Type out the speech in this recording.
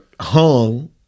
hung